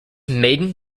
maiden